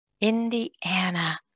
Indiana